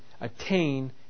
attain